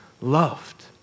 loved